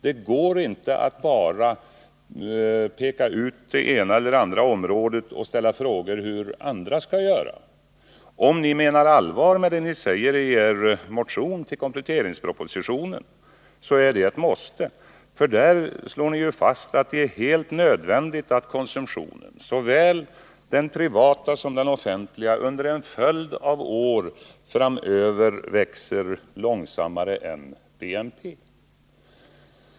Det går inte att bara peka ut det ena eller andra området och ställa frågor om hur andra skall göra, om ni menar allvar med det ni säger i er motion till kompletteringspropositionen. Där slår ni fast att det är helt nödvändigt att konsumtionen — såväl den privata som den offentliga — under en följd av år framöver växer långsammare än BNP.